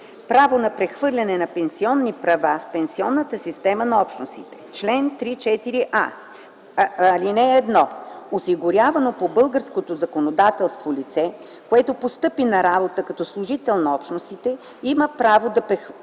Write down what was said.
Право на прехвърляне на пенсионни права в пенсионната схема на Общностите Чл. 343а. (1) Осигурявано по българското законодателство лице, което постъпи на работа като служител на Общностите, има право да прехвърли